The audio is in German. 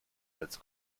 als